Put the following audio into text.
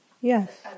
yes